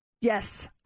Yes